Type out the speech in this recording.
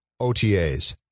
OTAs